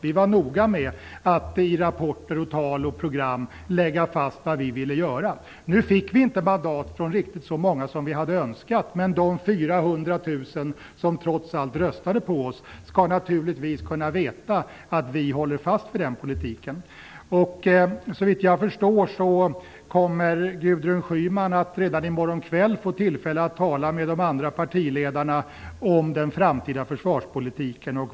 Vi var noga med att i rapporter, tal och program lägga fast vad vi ville göra. Nu fick vi inte mandat från riktigt så många som vi hade önskat. Men de 400 000 som trots allt röstade på oss skall naturligtvis kunna veta att vi håller fast vid den politiken. Såvitt jag förstår kommer Gudrun Schyman att redan i morgon kväll få tillfälle att tala med de andra partiledarna om den framtida försvarspolitiken.